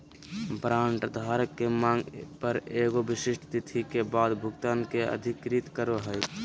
warrant धारक के मांग पर एगो विशिष्ट तिथि के बाद भुगतान के अधिकृत करो हइ